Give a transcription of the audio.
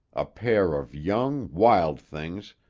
a pair of young, wild things,